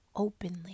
openly